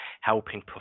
helping